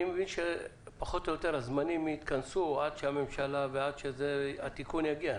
אני מבין שפחות או יותר הזמנים יתכנסו עד שהממשלה ועד שהתיקון יגיע.